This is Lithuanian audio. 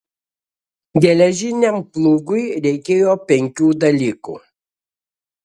geležiniam plūgui reikėjo penkių dalykų